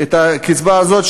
את הקצבה הזאת,